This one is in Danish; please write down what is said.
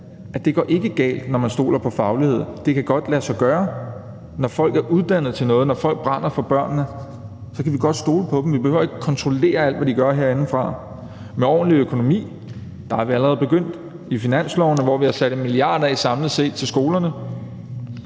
at det ikke går galt, når man stoler på faglighed. Det kan godt lade sig gøre. Når folk er uddannet til noget, når folk brænder for børnene, kan vi godt stole på dem. Vi behøver ikke kontrollere alt, hvad de gør, herindefra, når der er ordentlig økonomi, og der er vi allerede begyndt i finansloven, hvor vi har sat 1 mia. kr. af samlet set til skolerne.